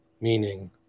meaning